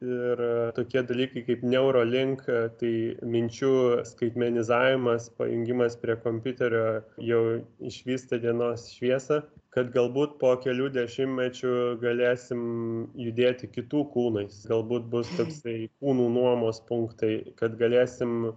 ir tokie dalykai kaip neurolinka tai minčių skaitmenizavimas pajungimas prie kompiuterio jau išvysta dienos šviesą kad galbūt po kelių dešimtmečių galėsim judėti kitų kūnais galbūt bus kūnų nuomos punktai kad galėsim